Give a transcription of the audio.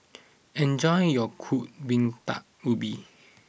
enjoy your Kuih Bingka Ubi